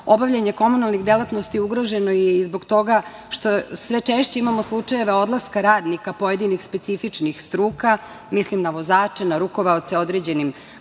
obavljanje komunalnih delatnosti ugroženo je i zbog toga što sve češće imamo slučajeve odlaska radnika pojedinih specifičnih struka. Mislim na vozače, na rukovaoce određenim